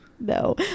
No